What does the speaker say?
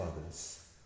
others